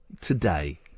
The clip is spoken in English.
today